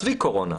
לא רק בקורונה,